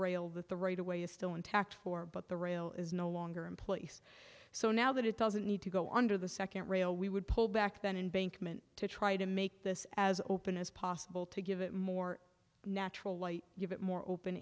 rail that the right away is still intact for but the rail is no longer in place so now that it doesn't need to go under the second rail we would pull back then in bank mn to try to make this as open as possible to give it more natural light give it more open